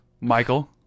Michael